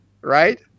right